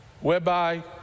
whereby